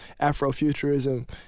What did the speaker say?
Afrofuturism